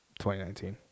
2019